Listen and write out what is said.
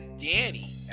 Danny